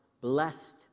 blessed